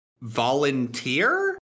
Volunteer